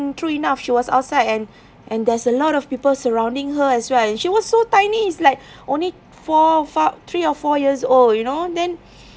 true enough she was outside and and there's a lot of people surrounding her as well and she was so tiny it's like only four about three or four years old you know then